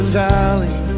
valley